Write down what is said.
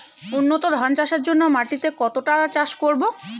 উন্নত ধান চাষের জন্য মাটিকে কতটা চাষ করব?